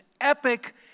epic